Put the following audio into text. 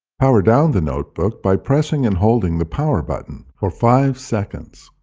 power down the notebook by pressing and holding the power button for five seconds.